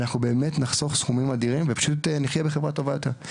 אנחנו באמת נחסוך סכומים אדירים ונחייה בחברה טובה יותר,